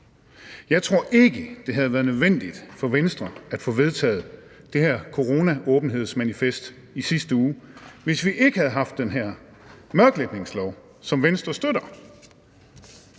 Jeg tror ikke, det havde været nødvendigt for Venstre at få vedtaget det her coronaåbenhedsmanifest i sidste uge, hvis vi ikke havde haft den her mørklægningslov, som Venstre støtter.